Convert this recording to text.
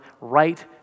right